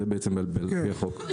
זה לפי החוק.